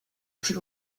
plus